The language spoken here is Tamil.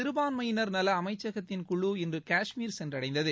சிறுபான்மையினர் நல அமைச்சகத்தின் குழு இன்று காஷ்மீர் சென்றடைந்தது